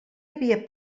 havia